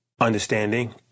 understanding